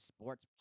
sports